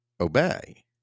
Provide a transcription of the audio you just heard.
obey